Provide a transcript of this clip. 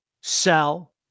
sell